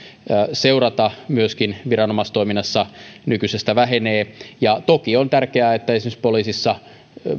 seurata myöskin viranomaistoiminnassa nykyisestä vähenee ja toki on tärkeää että esimerkiksi poliisissa